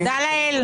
תודה לאל.